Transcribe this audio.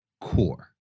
core